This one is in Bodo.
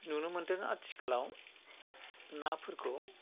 नुनो मोनदों आथिखालयाव नाफोरखौ